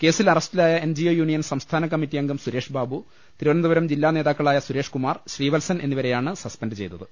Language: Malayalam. കേസിൽ അറസ്റ്റിലായ എൻ ജീഒ യൂണിയൻ സംസ്ഥാനകമ്മിറ്റി അംഗം സുരേഷ്ബാബു തിരുവനന്തപുരം ജില്ലാ നേതാക്കളായ സുരേഷ്കു മാർ ശ്രീപത്സൻ എന്നിവരെയാണ് സസ്പെൻഡ് ചെയ്തത്